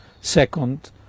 second